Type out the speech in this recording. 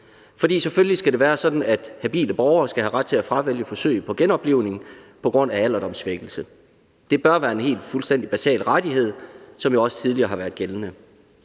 For selvfølgelig skal det være sådan, at habile borgere skal have ret til at fravælge forsøg på genoplivning på grund af alderdomssvækkelse. Det bør være en fuldstændig basal rettighed, som jo også tidligere har været gældende.